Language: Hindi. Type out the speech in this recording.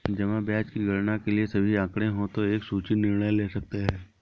जमा ब्याज की गणना के लिए सभी आंकड़े हों तो एक सूचित निर्णय ले सकते हैं